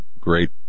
Great